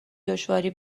دشواری